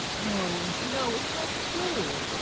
no, no it's not true.